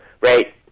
right